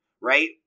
Right